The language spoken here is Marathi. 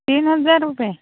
तीन हजार रुपये